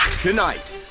Tonight